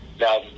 Now